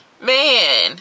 man